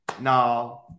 no